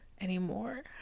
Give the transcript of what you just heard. anymore